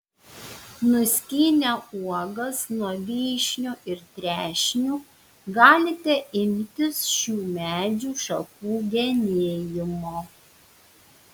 nuskynę uogas nuo vyšnių ir trešnių galite imtis šių medžių šakų genėjimo